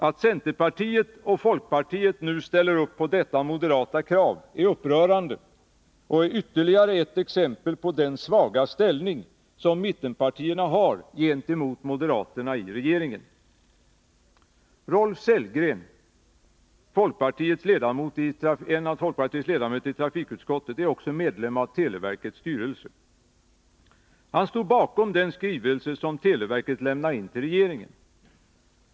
Att centerpartiet och folkpartiet nu ställer upp på detta moderata krav är upprörande och är ytterligare ett exempel på den svaga ställning som mittenpartierna har gentemot moderaterna i regeringen. Rolf Sellgren, en av folkpartiets ledamöter i trafikutskottet, är också medlem av televerkets styrelse. Han stod bakom den skrivelse som televerket lämnade in till regeringen.